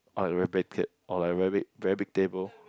or like very big or like very big very big table